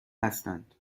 هستند